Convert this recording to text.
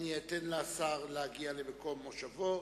אני אתן לשר להגיע למקום מושבו